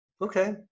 Okay